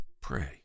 pray